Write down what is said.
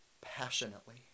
passionately